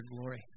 glory